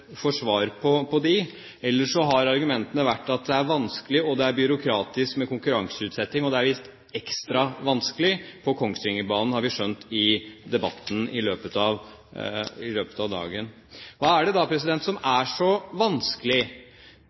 får svar på dem. Ellers så har argumentene vært at det er vanskelig, og at det er byråkratisk med konkurranseutsetting, og det er visst ekstra vanskelig på Kongsvingerbanen, har vi skjønt i løpet av debatten. Hva er det da som er så vanskelig?